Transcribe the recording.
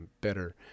better